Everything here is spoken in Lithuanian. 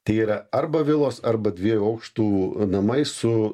tai yra arba vilos arba dviejų aukštų namai su